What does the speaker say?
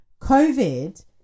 COVID